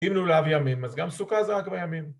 אם לולב ימים אז גם סוכה זה רק בימים